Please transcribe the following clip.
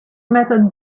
method